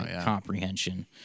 comprehension